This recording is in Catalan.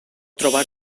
trobar